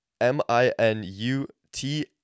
M-I-N-U-T